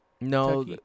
No